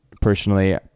Personally